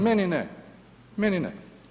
Meni ne, meni ne.